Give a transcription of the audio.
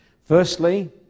Firstly